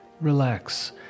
relax